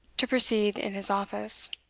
to proceed in his office.